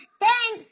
Thanks